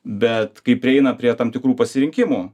bet kai prieina prie tam tikrų pasirinkimų